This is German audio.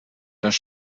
das